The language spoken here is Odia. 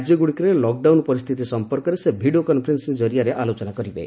ରାଜ୍ୟଗୁଡ଼ିକରେ ଲକଡାଉନ ପରିସ୍ଥିତି ସଂପର୍କରେ ସେ ଭିଡ଼ିଓ କନ୍ଫରେନ୍ସିଂ ଜରିଆରେ ଆଲୋଚନା କରିବେ